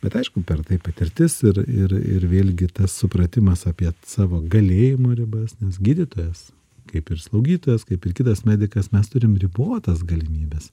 bet aišku per tai patirtis ir ir ir vėlgi tas supratimas apie savo galėjimo ribas nes gydytojas kaip ir slaugytojas kaip ir kitas medikas mes turim ribotas galimybes